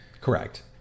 correct